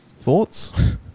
Thoughts